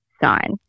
sign